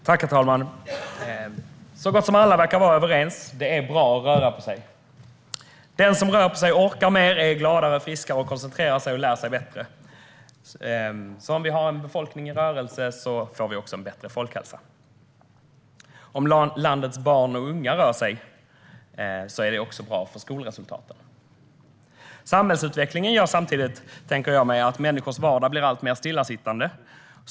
Herr talman! Så gott som alla verkar vara överens: Det är bra att röra på sig. Den som rör på sig orkar mer, är gladare och friskare samt koncentrerar sig och lär sig bättre. Om vi har en befolkning i rörelse får vi alltså en bättre folkhälsa. Om landets barn och unga rör sig är det också bra för skolresultaten. Samhällsutvecklingen gör samtidigt, tänker jag mig, att människors vardag blir alltmer stillasittande.